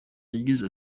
yagize